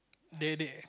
they they